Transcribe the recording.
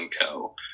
Co